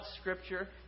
scripture